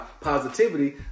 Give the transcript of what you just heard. positivity